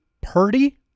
Purdy